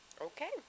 Okay